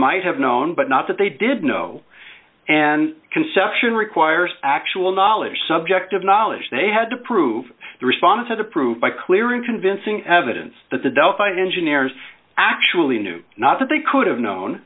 might have known but not that they did know and conception requires actual knowledge subject of knowledge they had to prove the response had approved by clear and convincing evidence that the delphi engineers actually knew not that they could have known